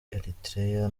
eritrea